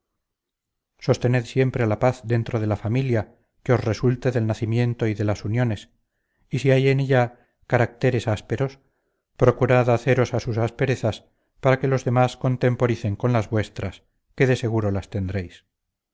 sostened siempre la paz dentro de la familia que os resulte del nacimiento y de las uniones y si hay en ella caracteres ásperos procurad haceros a sus asperezas para que los demás contemporicen con las vuestras que de seguro las tendréis